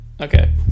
okay